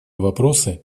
вопросы